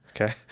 Okay